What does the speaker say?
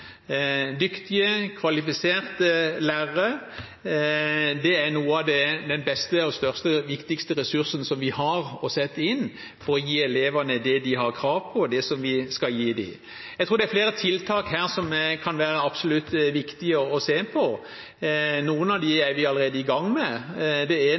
Dyktige, kvalifiserte lærere er noe av den beste og største og viktigste ressursen vi har å sette inn for å gi elevene det de har krav på, og det vi skal gi dem. Jeg tror det er flere tiltak her som absolutt kan være viktige å se på. Noen av